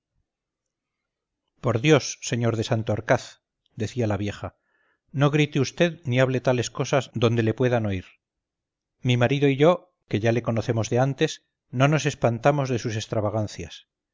por dios sr de santorcaz decía la vieja no grite vd ni hable tales cosas donde le puedan oír mi marido y yo que ya le conocemos de antes no nos espantamos de sus extravagancias